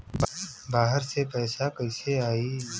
बाहर से पैसा कैसे आई?